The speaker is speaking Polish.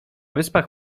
wyspach